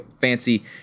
fancy